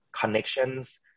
connections